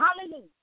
Hallelujah